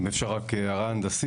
אם אפשר רק הערה הנדסית.